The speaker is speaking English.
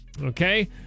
Okay